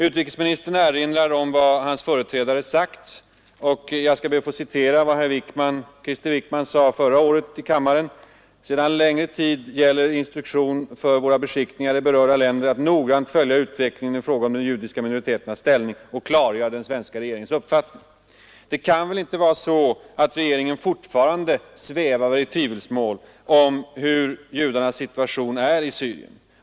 Utrikesministern erinrar om vad hans företrädare sagt, och jag skall be att få citera vad Krister Wickman uttalade förra året i kammaren: ”Sedan längre tid gäller som instruktion för våra beskickningar i berörda länder att noggrant följa utvecklingen i fråga om de judiska minoriteternas ställning och klargöra den svenska regeringens inställning ———.” Det kan väl inte vara så att regeringen fortfarande svävar i tvivelsmål om judarnas situation i Syrien.